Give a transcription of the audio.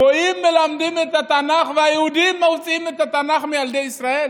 הגויים מלמדים את התנ"ך והיהודים מוציאים את התנ"ך מילדי ישראל?